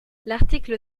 l’article